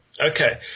Okay